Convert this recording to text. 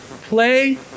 play